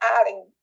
adding